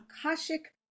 Akashic